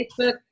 Facebook